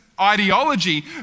ideology